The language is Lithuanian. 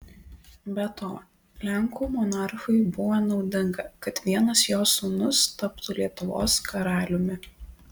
be to lenkų monarchui buvo naudinga kad vienas jo sūnus taptų lietuvos karaliumi